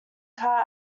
car